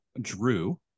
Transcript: drew